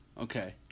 Okay